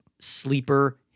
sleeper